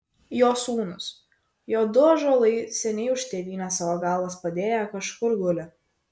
jo sūnūs jo du ąžuolai seniai už tėvynę savo galvas padėję kažkur guli